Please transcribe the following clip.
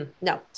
No